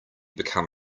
become